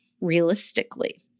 realistically